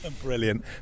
Brilliant